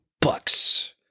bucks